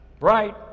right